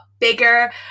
bigger